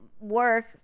work